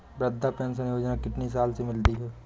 वृद्धा पेंशन योजना कितनी साल से मिलती है?